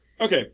Okay